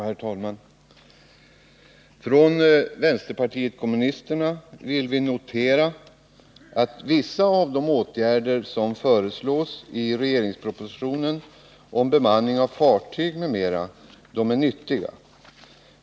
Herr talman! Från vänsterpartiet kommunisternas sida vill vi notera att vissa av de åtgärder som föreslås i regeringspropositionen om bemanning av fartyg m.m. är nyttiga.